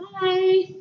Bye